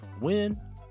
win